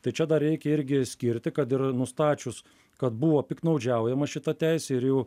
tai čia dar reikia irgi skirti kad ir nustačius kad buvo piktnaudžiaujama šita teise ir jau